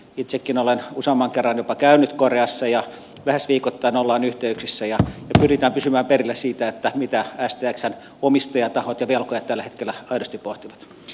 itsekin olen useamman kerran jopa käynyt koreassa ja lähes viikoittain ollaan yhteyksissä ja pyritään pysymään perillä siitä mitä stxn omistajatahot ja velkojat tällä hetkellä aidosti pohtivat